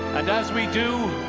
and as we do,